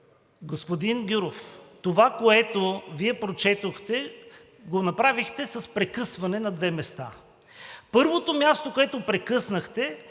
Господин Гюров, това, което Вие прочетохте, го направихте с прекъсване на две места. Първото място, на което прекъснахте,